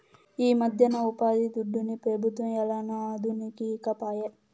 ఈమధ్యన ఉపాధిదుడ్డుని పెబుత్వం ఏలనో అదనుకి ఈకపాయే